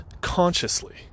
consciously